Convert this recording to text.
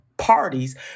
parties